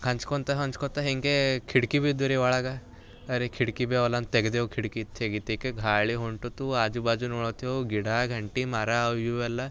ಹಂಚ್ಕೊಳ್ತ ಹಂಚ್ಕೊಳ್ತ ಹಿಂಗೇ ಕಿಟ್ಕಿ ಭೀ ಇದ್ದು ರೀ ಒಳಗೆ ಅರೆ ಕಿಟ್ಕಿ ಭೀ ಇವೆಲ್ಲ ಅಂತ ತೆಗೆದೆವು ಕಿಟಕಿ ತೆಗಿತೇಕ ಗಾಳಿ ಹೊಂಟಿತು ಆಜು ಬಾಜು ನೋಡತ್ತೆವು ಗಿಡ ಗಂಟಿ ಮರ ಅವಿವೆಲ್ಲ